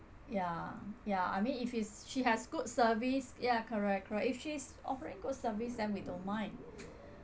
ya ya I mean if it's she has good service ya correct correct if she's offering good service then we don't mind